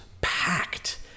packed